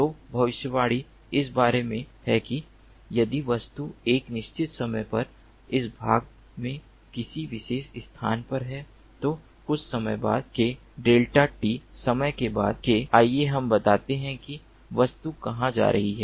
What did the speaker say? तो भविष्यवाणी इस बारे में है कि यदि वस्तु एक निश्चित समय पर इस भाग में किसी विशेष स्थान पर है तो कुछ समय बाद के डेल्टा t समय के बाद के आइए हम बताते हैं कि वस्तु कहां जा रही है